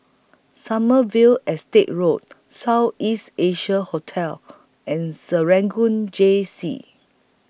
Sommerville Estate Road South East Asia Hotel and Serangoon Jessie